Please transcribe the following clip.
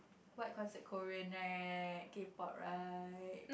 but cause Korean right K pop right